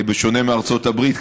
בשונה מארצות הברית,